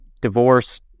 divorce